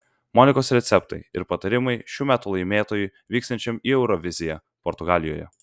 monikos receptai ir patarimai šių metų laimėtojui vyksiančiam į euroviziją portugalijoje